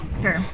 Sure